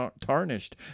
tarnished